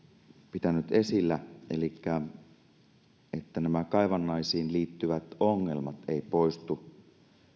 pitänyt esillä elikkä sen että nämä kaivannaisiin liittyvät ongelmat eivät poistu